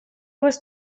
was